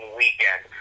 weekend